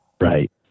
Right